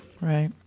Right